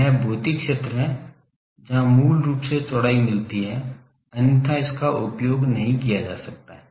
यह भौतिक क्षेत्र है जहां मूल रूप से चौड़ाई मिलती है अन्यथा इसका उपयोग नहीं किया जा सकता है